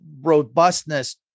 robustness